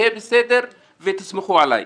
יהיה בסדר ותסמכו עלי.